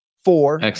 Four